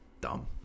dumb